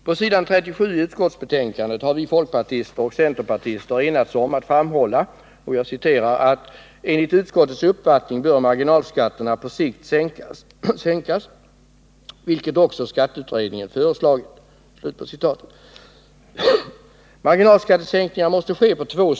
På s. 37 i utskottsbetänkandet har vi folkpartister och centerpartister enats om att framhålla: ”Enligt utskottets uppfattning bör marginalskatterna på sikt sänkas, vilket också skatteutredningen föreslagit.” Marginalskattesänkningar måste ske på två ställen.